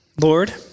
Lord